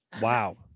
wow